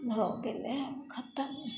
भऽ गेलै आब खत्म